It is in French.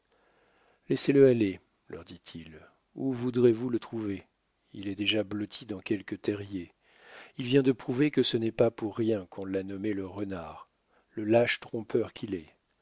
laissez-le aller leur dit-il où voudriez-vous le trouver il est déjà blotti dans quelque terrier il vient de prouver que ce n'est pas pour rien qu'on l'a nommé le renard le lâche trompeur qu'il est